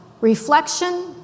reflection